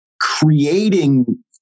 creating